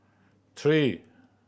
three